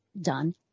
done